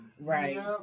Right